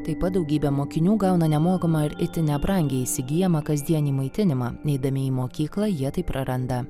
taip pat daugybė mokinių gauna nemokamą ir itin nebrangiai įsigyjamą kasdienį maitinimą neidami į mokyklą jie tai praranda